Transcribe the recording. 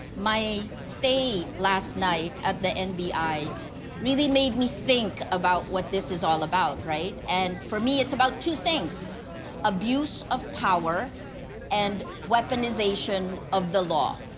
my stay last night at the and nbi really made me think about what this is all about, right? and for me, it's about two things abuse of power and weaponization of the law.